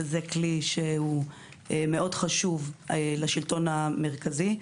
שזה כלי מאוד חשוב לשלטון המרכזי,